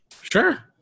Sure